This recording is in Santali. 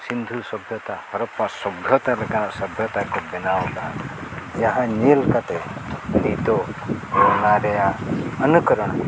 ᱥᱤᱱᱫᱷᱩ ᱥᱚᱵᱽᱵᱷᱚᱛᱟ ᱦᱚᱨᱚᱯᱯᱟ ᱥᱚᱵᱽᱵᱷᱚᱛᱟ ᱞᱮᱠᱟᱱᱟᱜ ᱥᱚᱵᱽᱵᱷᱚᱛᱟ ᱠᱚ ᱵᱮᱱᱟᱣ ᱟᱠᱟᱫᱟ ᱡᱟᱦᱟᱸ ᱧᱮᱞ ᱠᱟᱛᱮᱫ ᱱᱤᱛᱳᱜ ᱚᱱᱟ ᱨᱮᱱᱟᱜ ᱚᱱᱩᱠᱚᱨᱚᱱ